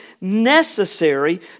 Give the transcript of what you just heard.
necessary